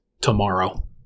tomorrow